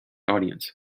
audience